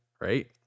right